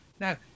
Now